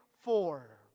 Four